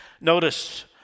Notice